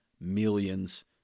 millions